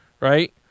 Right